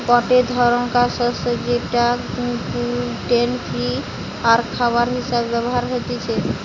গটে ধরণকার শস্য যেটা গ্লুটেন ফ্রি আরখাবার হিসেবে ব্যবহার হতিছে